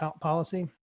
policy